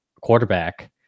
quarterback